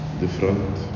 different